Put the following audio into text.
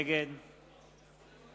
נגד